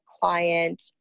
client